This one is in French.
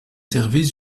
services